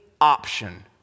option